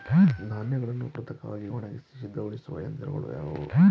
ಧಾನ್ಯಗಳನ್ನು ಕೃತಕವಾಗಿ ಒಣಗಿಸಿ ಸಿದ್ದಗೊಳಿಸುವ ಯಂತ್ರಗಳು ಯಾವುವು?